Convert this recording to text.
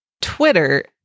Twitter